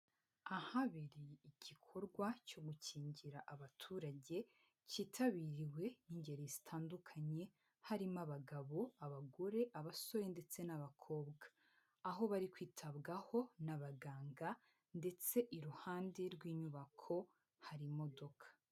Aha bari mu gikorwa cyo gukingira abaturage kitabiriwe n'ingeri zitandukanye harimo abagabo, abagore, abasore ndetse n'abakobwa; aho bari kwitabwaho n'abaganga ndetse iruhande rw'inyubako hari imodoka.